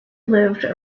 lived